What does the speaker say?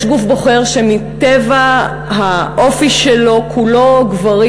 יש גוף בוחר שמטבע האופי שלו כולו גברים.